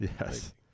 yes